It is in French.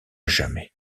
jamais